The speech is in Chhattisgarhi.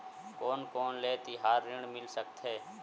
कोन कोन ले तिहार ऋण मिल सकथे?